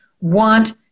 want